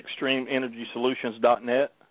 ExtremeEnergySolutions.net